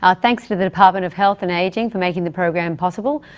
ah thanks to the department of health and ageing for making the program possible,